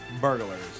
burglars